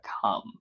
come